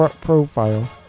profile